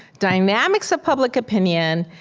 dynamics of public opinion,